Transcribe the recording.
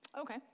Okay